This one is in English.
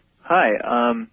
Hi